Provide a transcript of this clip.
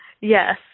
Yes